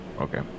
okay